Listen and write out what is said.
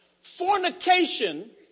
Fornication